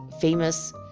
famous